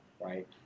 right